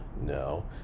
No